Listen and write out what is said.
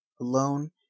alone